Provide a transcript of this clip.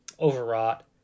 overwrought